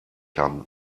haben